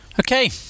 Okay